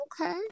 okay